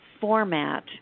format